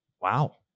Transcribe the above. Wow